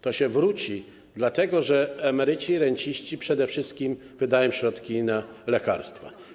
To się zwróci, dlatego że emeryci i renciści przede wszystkim wydają środki na lekarstwa.